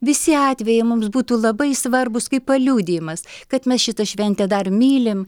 visi atvejai mums būtų labai svarbūs kaip paliudijimas kad mes šitą šventę dar mylim